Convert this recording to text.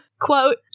Quote